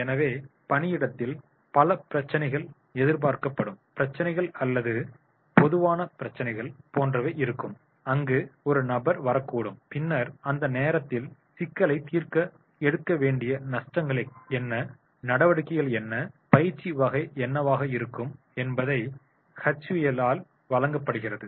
எனவே பணியிடத்தில் பல பிரச்சினைகள் எதிர்பார்க்கப்படும் பிரச்சினைகள் அல்லது பொதுவான பிரச்சினைகள் போன்றவை இருக்கும் அங்கு ஒரு நபர் வரக்கூடும் பின்னர் அந்த நேரத்தில் சிக்கலைத் தீர்க்க எடுக்க வேண்டிய நடவடிக்கைகள் என்ன பயிற்சி வகை என்னவாக இருக்கும் என்பதை HUL ஆல் வழங்கப்படுகிறது